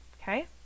Okay